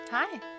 Hi